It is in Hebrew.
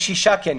קניונים,